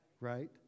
Right